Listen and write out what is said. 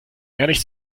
ehrlich